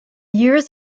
years